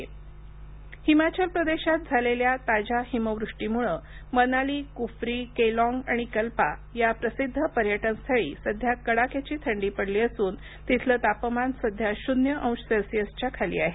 हिमाचल हिमाचल प्रदेशात झालेल्या ताज्याहिमवृष्टीमुळं मनाली कुफ्री केलॉंग आणि कल्पा या प्रसिद्ध पर्यटनस्थळी सध्या कडाक्याची थंडी पडली असून तिथलं तापमान सध्या शून्य अंश सेल्सियसच्या खाली आहे